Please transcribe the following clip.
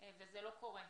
וזה לא קורה.